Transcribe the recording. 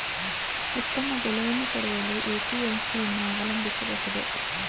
ಉತ್ತಮ ಬೆಲೆಯನ್ನು ಪಡೆಯಲು ಎ.ಪಿ.ಎಂ.ಸಿ ಯನ್ನು ಅವಲಂಬಿಸಬಹುದೇ?